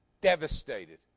Devastated